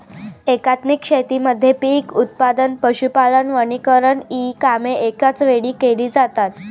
एकात्मिक शेतीमध्ये पीक उत्पादन, पशुपालन, वनीकरण इ कामे एकाच वेळी केली जातात